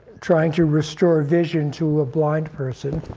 trying to restore vision to a blind person.